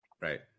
Right